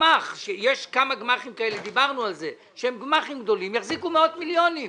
גמ"חים שהם גמ"חים גדולים יחזיקו מאות מיליונים,